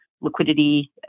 liquidity